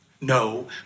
no